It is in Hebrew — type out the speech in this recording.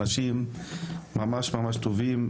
אנשים ממש ממש טובים,